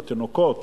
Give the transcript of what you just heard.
התינוקות,